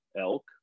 elk